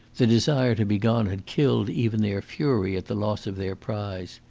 the desire to be gone had killed even their fury at the loss of their prize.